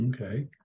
Okay